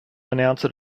announced